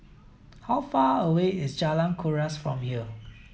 how far away is Jalan Kuras from here